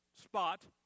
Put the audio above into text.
spot